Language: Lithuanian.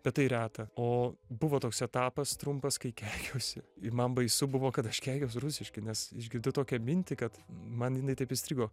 bet tai reta o buvo toks etapas trumpas kai keikiausi ir man baisu buvo kad aš keikiaus rusiškai nes išgirdau tokią mintį kad man jinai taip įstrigo